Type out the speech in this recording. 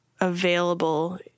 available